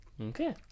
Okay